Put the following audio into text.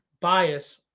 bias